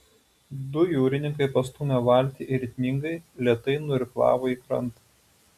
du jūrininkai pastūmė valtį ir ritmingai lėtai nuirklavo į krantą